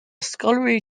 scholarly